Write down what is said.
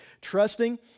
Trusting